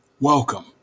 welcome